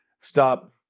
Stop